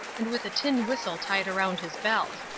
and with a tin-whistle tied round his belt.